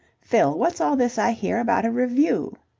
fill, what's all this i hear about a revue?